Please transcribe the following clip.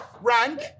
Rank